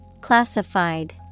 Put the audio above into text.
Classified